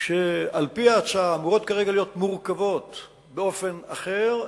שעל-פי ההצעה אמורות כרגע להיות מורכבות באופן אחר,